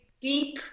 deep